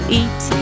eat